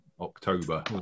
October